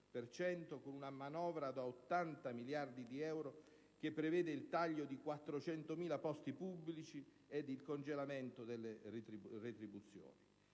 con una manovra da 80 miliardi di euro che prevede il taglio di 400.000 posti pubblici ed il congelamento delle retribuzioni.